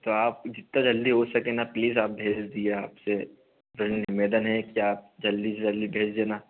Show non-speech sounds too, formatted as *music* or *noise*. तो आप जितना जल्दी हो सके ना प्लीज आप भेज दीजिये आपसे *unintelligible* निवेदन है कि आप जल्दी से जल्दी भेज देना